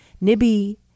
Nibby